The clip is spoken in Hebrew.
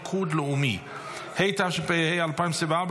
פקודת בתי הסוהר (מס' 64,